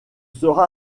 sera